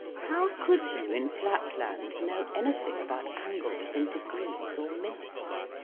how could you in flatland know anything about angles and degrees, or minutes?